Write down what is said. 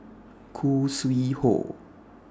Khoo Sui Hoe